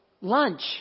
lunch